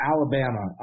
Alabama